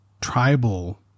tribal